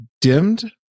dimmed